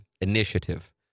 initiative